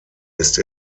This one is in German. ist